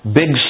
big